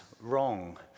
wrong